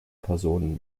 personen